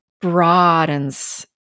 broadens